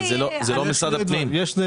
אבל זה לא משרד הפנים.